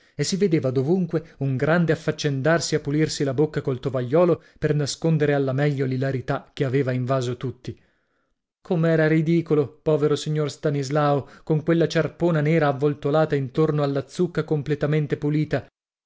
e si vedeva dovunque un grande affaccendarsi a pulirsi la bocca col tovagliolo per nascondere alla meglio l'ilarità che aveva invaso tutti com'era ridicolo povero signor stanislao con quella ciarpona nera avvoltolata intorno alla zucca completamente pulita